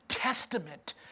testament